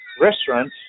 restaurants